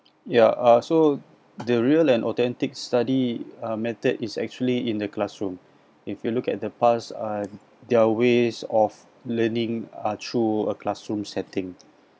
ya uh so the real and authentic study uh method is actually in the classroom if you look at the past and their ways of learning are through a classroom setting